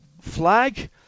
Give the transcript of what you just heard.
flag